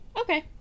Okay